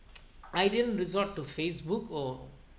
I didn't resort to Facebook or